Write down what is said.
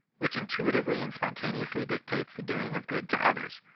which intuitively and spontaneously dictates the doing of good to others,